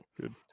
good